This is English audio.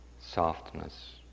softness